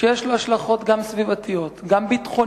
שיש לו גם השלכות סביבתיות, גם ביטחוניות,